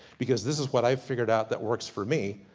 because this is what i've figured out that works for me.